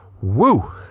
Woo